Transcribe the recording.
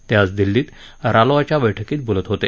ते आज दिल्लीत रालोआच्या बैठकीत बोलत होते